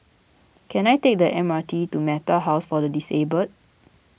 can I take the M R T to Metta House for the Disabled